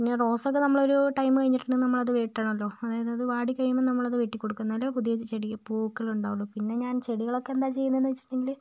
പിന്നെ റോസൊക്കെ നമ്മൾ ഒരു ടൈം കഴിഞ്ഞിട്ടുണ്ടെങ്കിൽ നമ്മൾ അത് വെട്ടണമല്ലൊ അതായത് അത് വാടിക്കഴിയുമ്പോൾ നമ്മൾ അത് വെട്ടികൊടുക്കും എന്നാലേ പുതിയ ചെടി പൂക്കൾ ഉണ്ടാവുകയുള്ളു പിന്നെ ഞാൻ ചെടികളൊക്കെ എന്താ ചെയ്യുന്നതെന്ന് വെച്ചിട്ടുണ്ടെങ്കില്